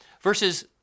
versus